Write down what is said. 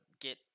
get